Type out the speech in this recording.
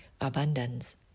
abundance